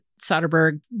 Soderbergh